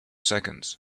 seconds